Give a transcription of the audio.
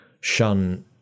shun